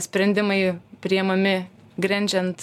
sprendimai priimami grindžiant